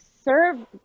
serve